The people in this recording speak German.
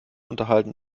unterhalten